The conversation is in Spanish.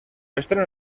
estreno